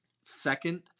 second